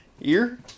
Ear